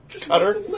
cutter